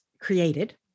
created